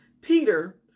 Peter